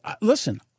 Listen